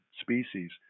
species